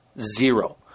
Zero